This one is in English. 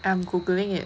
I'm Google ing it